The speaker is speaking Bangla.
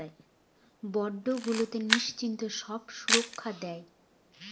বন্ডগুলো নিশ্চিত সব সুরক্ষা দেয়